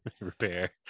repair